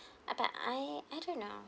uh but I I don't know